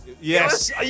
Yes